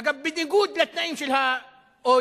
אגב, בניגוד לתנאים של ה-OECD.